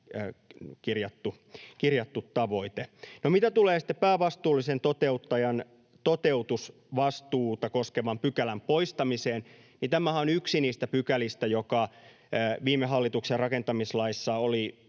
kirjattu tavoite. No, mitä tulee sitten päävastuullisen toteuttajan toteutusvastuuta koskevan pykälän poistamiseen, niin tämähän on yksi niistä pykälistä, jotka viime hallituksen rakentamislaissa olivat